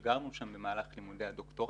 שם גרנו במהלך לימודי הדוקטורט.